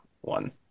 one